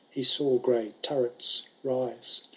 he saw gray turrets rise.